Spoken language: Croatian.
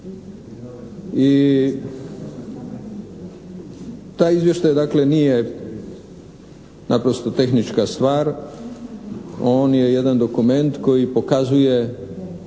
I taj izvještaj dakle nije naprosto tehnička stvar. On je jedan dokument koji pokazuje